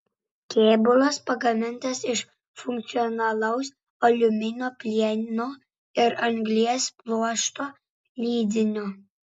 kėbulas pagamintas iš funkcionalaus aliuminio plieno ir anglies pluošto lydinio